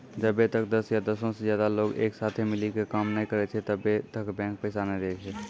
जब्बै तक दस या दसो से ज्यादे लोग एक साथे मिली के काम नै करै छै तब्बै तक बैंक पैसा नै दै छै